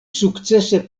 sukcese